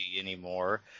anymore